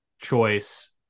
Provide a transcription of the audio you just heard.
choice